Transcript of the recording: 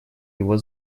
его